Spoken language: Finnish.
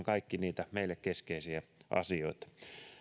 kaikki niitä meille keskeisiä asioita